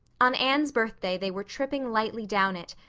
on anne's birthday they were tripping lightly down it,